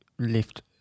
lift